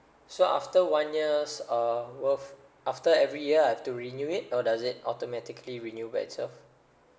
so after one year's um worth after every year I've to renew it or does it automatically renew by itself